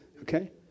okay